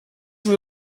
una